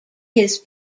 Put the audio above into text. his